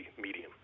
medium